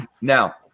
Now